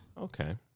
Okay